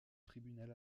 tribunal